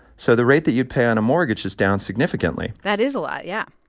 so the rate that you'd pay on a mortgage is down significantly that is a lot. yeah